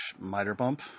miterbump